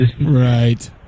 Right